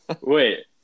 Wait